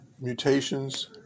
mutations